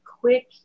quick